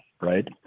Right